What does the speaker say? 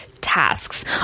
tasks